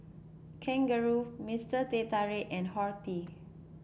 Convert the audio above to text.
Kangaroo Mister Teh Tarik and Horti